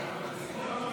אדוני